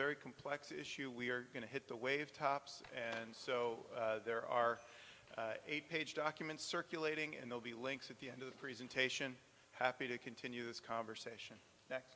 very complex issue we are going to hit the wave tops and so there are eight page document circulating and they'll be links at the end of the presentation happy to continue this conversation